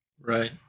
Right